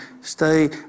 stay